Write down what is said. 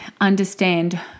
understand